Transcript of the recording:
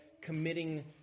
committing